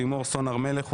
לימור סון הר מלך,